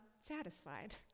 satisfied